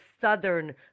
southern